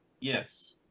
Yes